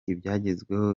ibyagezweho